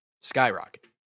skyrocket